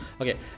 Okay